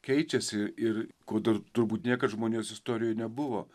keičiasi ir kodėl turbūt niekada žmonijos istorijoje nebuvo